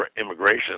immigration